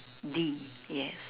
D yes